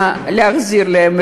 להחזיר להם.